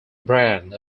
brand